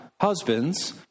Husbands